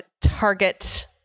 target